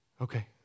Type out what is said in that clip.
Okay